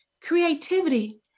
creativity